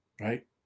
right